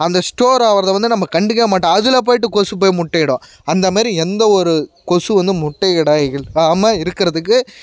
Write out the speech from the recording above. அந்த ஸ்டோர் ஆகிறத வந்து நம்ம கண்டுக்கவே மாட்டோம் அதில் போயிட்டு கொசு போய் முட்டையிடும் அந்தமாரி எந்த ஒரு கொசு வந்து முட்டையிட இல்லாமல் இருக்கிறதுக்கு